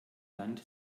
land